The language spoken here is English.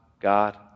God